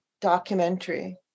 documentary